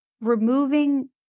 removing